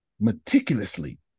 meticulously